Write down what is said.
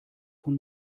von